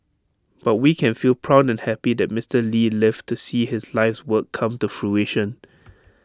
but we can feel proud and happy that Mister lee lived to see his life's work come to fruition